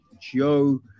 Joe